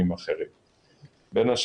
אציין גם,